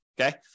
Okay